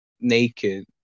naked